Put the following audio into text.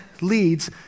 leads